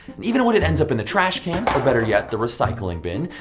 and even when it ends up in the trash can, or better yet, the recycling bin,